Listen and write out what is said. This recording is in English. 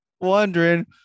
wondering